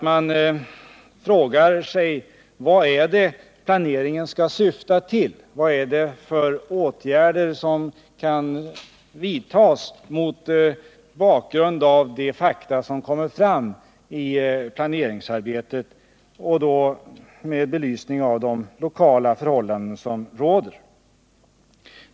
Man måste fråga sig: Vad är det planeringen skall syfta till? Vad är det för åtgärder som kan vidtas mot bakgrund av de fakta som kommer fram i planeringsarbetet, och då med belysning av de lokala förhållanden som råder?